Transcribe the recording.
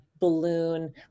balloon